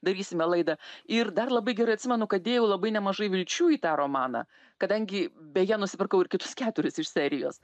darysime laidą ir dar labai gerai atsimenu kad dėjau labai nemažai vilčių į tą romaną kadangi beje nusipirkau ir kitus keturis iš serijos